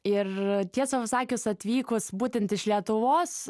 ir tiesą pasakius atvykus būtent iš lietuvos